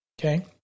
okay